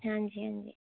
हाँ जी हाँ जी